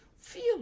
Feel